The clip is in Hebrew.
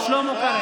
שלמה.